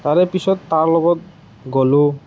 তাৰে পিছত তাৰে লগত গ'লো